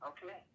Okay